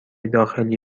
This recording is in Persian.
داخلی